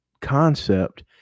concept